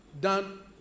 done